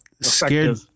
scared